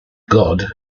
god